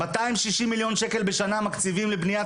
260 מיליון שקל בשנה מקציבים לבניית